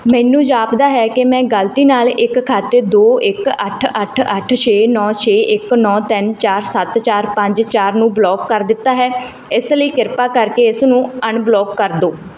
ਮੈਨੂੰ ਜਾਪਦਾ ਹੈ ਕਿ ਮੈਂ ਗਲਤੀ ਨਾਲ ਇੱਕ ਖਾਤੇ ਦੋ ਇੱਕ ਅੱਠ ਅੱਠ ਅੱਠ ਛੇ ਨੌ ਛੇ ਇੱਕ ਨੌ ਤਿੰਨ ਚਾਰ ਸੱਤ ਚਾਰ ਪੰਜ ਚਾਰ ਨੂੰ ਬਲੌਕ ਕਰ ਦਿੱਤਾ ਹੈ ਇਸ ਲਈ ਕਿਰਪਾ ਕਰਕੇ ਇਸਨੂੰ ਅਨਬਲੌਕ ਕਰ ਦਿਓ